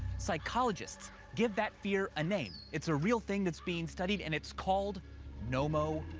psychologists give that fear a name, it's a real thing that's being studied, and it's called nomophobia.